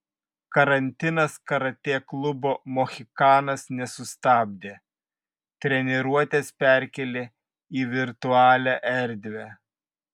karantinas karatė klubo mohikanas nesustabdė treniruotes perkėlė į virtualią erdvę